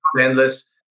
endless